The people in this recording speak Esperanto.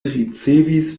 ricevis